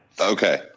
Okay